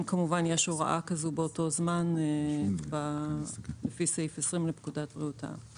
אם כמובן יש הוראה כזאת באותו זמן לפי סעיף 20 לפקודת בריאות העם.